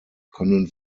können